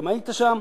גם היית שם,